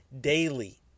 daily